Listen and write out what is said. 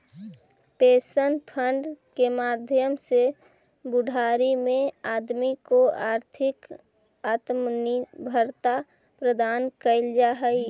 pension fund के माध्यम से बुढ़ारी में आदमी के आर्थिक आत्मनिर्भरता प्रदान कैल जा हई